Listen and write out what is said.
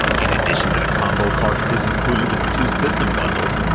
in addition to the combo cartridges included with the two system bundles,